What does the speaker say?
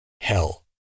Hell